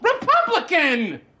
Republican